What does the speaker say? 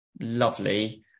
lovely